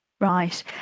right